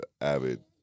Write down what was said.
avid